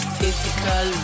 Physical